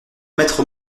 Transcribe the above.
mettre